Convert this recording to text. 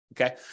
Okay